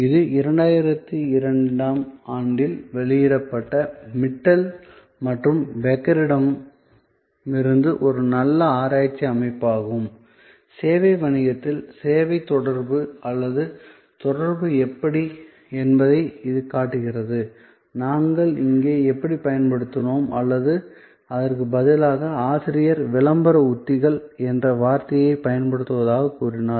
இது 2002 ஆம் ஆண்டில் வெளியிடப்பட்ட மிட்டல் மற்றும் பேக்கரிடமிருந்து ஒரு நல்ல ஆராய்ச்சி அமைப்பாகும் சேவை வணிகத்தில் சேவை தொடர்பு அல்லது தொடர்பு எப்படி என்பதை இது காட்டுகிறது நாங்கள் இங்கே எப்படி பயன்படுத்தினோம் அல்லது அதற்கு பதிலாக ஆசிரியர் விளம்பர உத்திகள் என்ற வார்த்தையைப் பயன்படுத்துவதாகக் கூறினார்